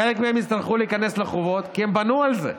חלק מהם יצטרכו להיכנס לחובות, כי הם בנו על זה,